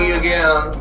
again